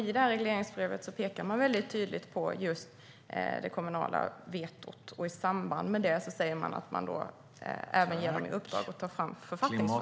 I regleringsbrevet pekar man tydligt på just det kommunala vetot, och i samband med det säger man att man även ger ett uppdrag om att ta fram ett författningsförslag.